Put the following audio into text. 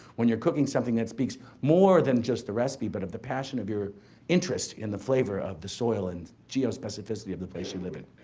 when you're cooking something that speaks more than just the recipe, but of the passion of your interest in the flavor of the soil and geospecificity of the place you live in.